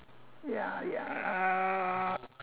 ya ya uh